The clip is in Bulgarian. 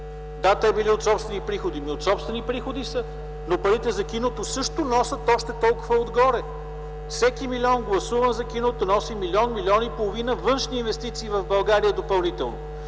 да, те били от собствени приходи. От собствени приходи са, но парите за киното също носят още толкова отгоре. Всеки милион, гласуван за киното, носи милион, милион и половина външни инвестиции в България допълнително.